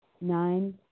Nine